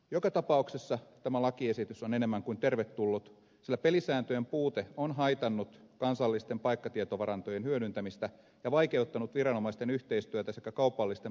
joka tapauksessa tämä lakiesitys on enemmän kuin tervetullut sillä pelisääntöjen puute on haitannut kansallisten paikkatietovarantojen hyödyntämistä ja vaikeuttanut viranomaisten yhteistyötä sekä kaupallisten paikkatietopalveluiden kehittämistä